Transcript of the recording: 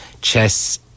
chess